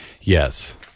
Yes